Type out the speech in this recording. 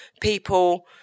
people